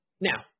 now